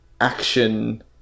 action